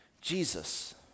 Jesus